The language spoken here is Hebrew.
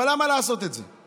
אבל למה לעשות את זה?